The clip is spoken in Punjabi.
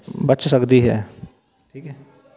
ਬਚ ਸਕਦੀ ਹੈ ਠੀਕ ਹੈ